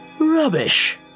Rubbish